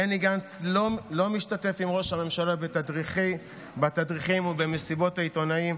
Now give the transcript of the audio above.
בני גנץ לא משתתף עם ראש הממשלה בתדריכים ובמסיבות העיתונאים,